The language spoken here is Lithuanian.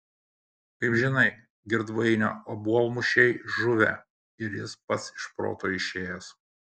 kaip žinai girdvainio obuolmušiai žuvę ir jis pats iš proto išėjęs